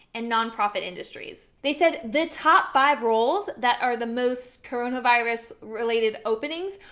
and non-profit industries. they said the top five roles that are the most coronavirus-related openings,